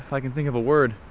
i can think of a word.